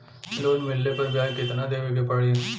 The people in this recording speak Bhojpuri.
लोन मिलले पर ब्याज कितनादेवे के पड़ी?